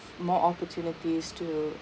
more opportunities to